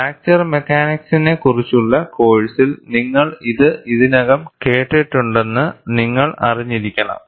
fracture മെക്കാനിക്സിനെക്കുറിച്ചുള്ള കോഴ്സിൽ നിങ്ങൾ ഇത് ഇതിനകം കേട്ടിട്ടുണ്ടെന്ന് നിങ്ങൾ അറിഞ്ഞിരിക്കണം